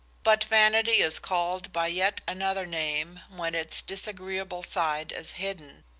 but vanity is called by yet another name when its disagreeable side is hidden,